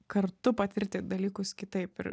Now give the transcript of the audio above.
kartu patirti dalykus kitaip ir